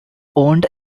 owned